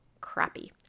crappy